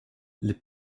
les